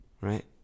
right